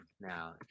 now